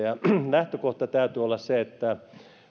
lähtökohtana täytyy olla se että